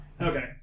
Okay